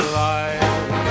life